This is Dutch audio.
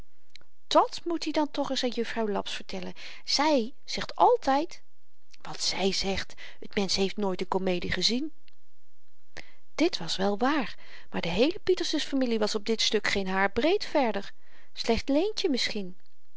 dàt moet ie dan toch eens aan juffrouw laps vertellen zy zegt altyd wat zy zegt t mensch heeft nooit n komedie gezien dit was wel waar maar de heele pietersens familie was op dit stuk geen haar breed verder slechts leentje misschien